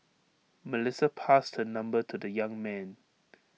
Melissa passed her number to the young man